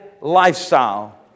lifestyle